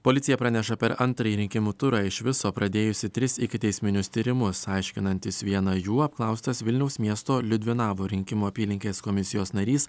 policija praneša per antrąjį rinkimų turą iš viso pradėjusi tris ikiteisminius tyrimus aiškinantis vieną jų apklaustas vilniaus miesto liudvinavo rinkimų apylinkės komisijos narys